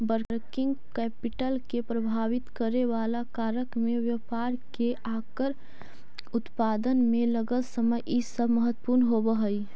working capital के प्रभावित करेवाला कारक में व्यापार के आकार, उत्पादन में लगल समय इ सब महत्वपूर्ण होव हई